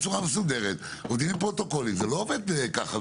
כלומר, כמו שאמרת, החברה המבצעת כבר שם.